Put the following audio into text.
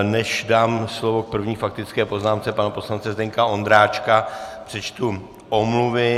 Než dám slovo k první faktické poznámce pana poslance Zdeňka Ondráčka, přečtu omluvy.